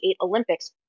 Olympics